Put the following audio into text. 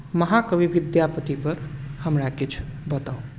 महाकवि विद्यापति पर हमरा किछु बताउ